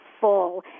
full